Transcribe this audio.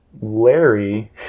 Larry